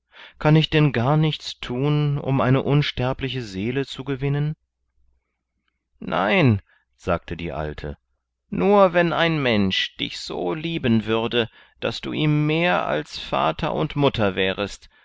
kann ich denn gar nichts thun um eine unsterbliche seele zu gewinnen nein sagte die alte nur wenn ein mensch dich so lieben würde daß du ihm mehr als vater und mutter wärest